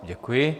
Děkuji.